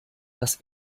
das